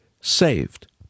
saved